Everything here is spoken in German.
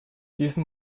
diesen